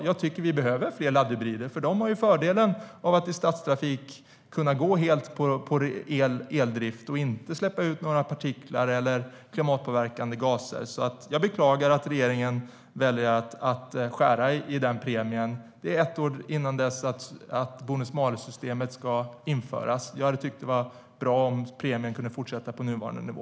Jag tycker att vi behöver fler laddhybrider, för de har fördelen av att i stadstrafik kunna gå helt på eldrift och inte släppa ut några partiklar eller klimatpåverkande gaser. Jag beklagar att regeringen väljer att skära i den premien ett år innan bonus-malus-systemet ska införas. Det hade varit bra om premien kunnat vara kvar på nuvarande nivå.